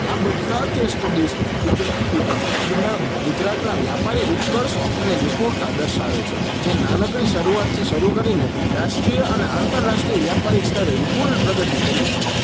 આ બધા case studies ગુજરાતના વ્યાપારી ઉત્કર્ષ અને નિપુણતા દર્શાવે છે જે નાનકડી શરૂઆતથી શરૂ કરીને રાષ્ટ્રીય અને આંતરરાષ્ટ્રીય વ્યાપારિક સ્તરે વિપુલ પ્રગતિ કરી છે